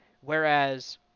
whereas